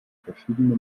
verschiedene